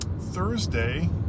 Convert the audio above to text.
Thursday